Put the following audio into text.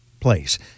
place